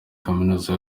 kaminuza